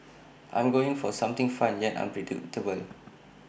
I'm going for something fun yet unpredictable